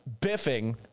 biffing